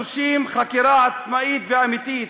אנחנו דורשים חקירה עצמאית ואמיתית.